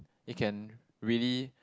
it can really